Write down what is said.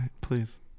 please